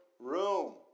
room